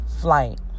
flight